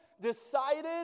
decided